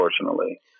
unfortunately